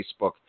Facebook